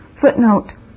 Footnote